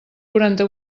quaranta